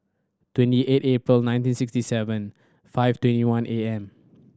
twenty eight April nineteen sixty seven five twenty one A M